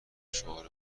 شعار